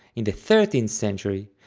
in the thirteenth century,